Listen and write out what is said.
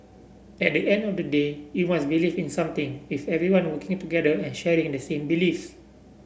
at the end of the day you must believe in something with everyone working together and sharing the same beliefs